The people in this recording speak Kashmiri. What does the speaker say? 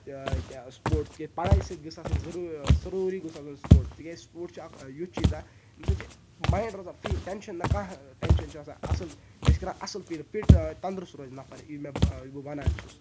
کیٛاہ سپوٹٕس کہِ پَڑٲے سۭتۍ گٔژھ آسٕنۍ ضٔروٗ ضٔروٗری گوٚژھ آسُن سپوٹٕس تِکیٛازِ سپوٹٕس چھِ اَکھ یُتھ چیٖزا ییٚمہِ سۭتۍ چھِ ماینڈ روزان فِرٛی ٹٮ۪نشَن نہٕ کانٛہہ ٹٮ۪نشَن چھُ آسان اَصٕل بیٚیہِ چھِ کَران اَصٕل فیٖل فِٹ تنٛدرُست روزِ نفر یی مےٚ یہِ بہٕ وَنان چھُس